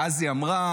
ואז היא אמרה: